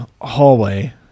hallway